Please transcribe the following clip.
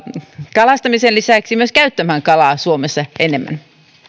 kalastamisen lisäksi myös käyttämään kalaa suomessa enemmän